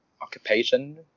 occupation